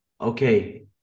Okay